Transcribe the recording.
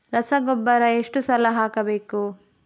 ರಸಗೊಬ್ಬರ ಎಷ್ಟು ಸಲ ಹಾಕಬೇಕು?